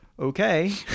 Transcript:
Okay